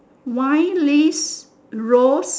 wine leave rose